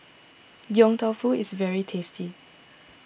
Yong Tau Foo is very tasty